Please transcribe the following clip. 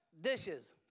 dishes